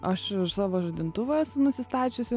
aš savo žadintuvą esu nusistačiusi